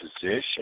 position